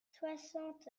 soixante